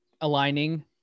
aligning